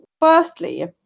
firstly